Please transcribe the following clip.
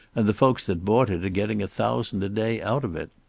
and the folks that bought it are getting a thousand a day out of it.